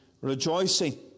rejoicing